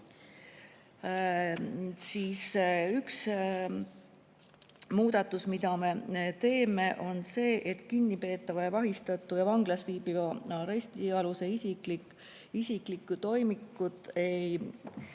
viia. Üks muudatus, mida me teeme, on see, et kinnipeetava, vahistatu ja vanglas viibiva arestialuse isiklikku toimikut ei